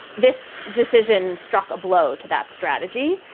this decision struck a blow to that strategy.